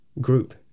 group